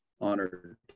honored